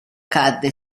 cadde